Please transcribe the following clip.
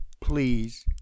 please